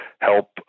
help